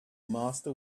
master